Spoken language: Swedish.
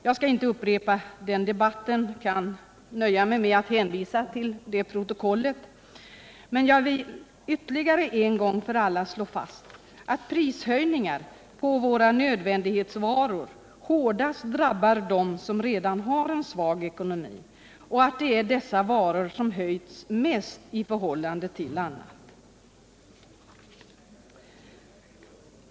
Jag skall inte upprepa den debatten, jag kan nöja mig med att hänvisa till det protokollet, men jag vill en gång för alla slå fast att prishöjningar på våra nödvändighetsvaror hårdast drabbar dem som redan har en svag ekonomi och att det är dessa varor som höjts mest i förhållande till annat.